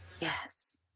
Yes